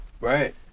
Right